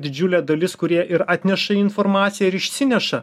didžiulė dalis kurie ir atneša informaciją ir išsineša